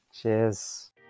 Cheers